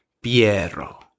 Piero